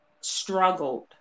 struggled